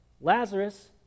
Lazarus